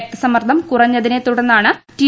രക്തസമ്മർദ്ദം കുറഞ്ഞതിനെ തുടർന്ന് റ്റി